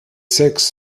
six